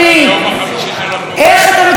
איך אתה מדבר על צמצום פערים?